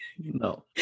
No